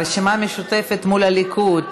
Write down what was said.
הרשימה המשותפת מול הליכוד,